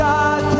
God